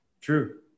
True